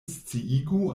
sciigu